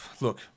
Look